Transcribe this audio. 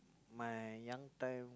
my young time